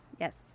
Yes